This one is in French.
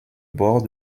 bord